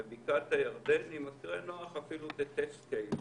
ובקעת הירדן זה מקרה נוח אפילו כ-Test case.